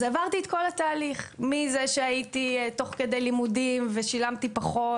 אז עברתי את כל התהליך מזה שהייתי תוך כדי לימודים ושילמתי פחות.